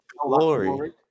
Glory